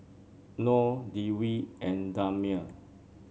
Nor Dwi and Damia